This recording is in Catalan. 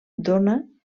dóna